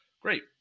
great